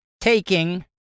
taking